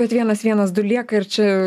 bet vienas vienas du lieka ir čia